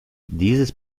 dieses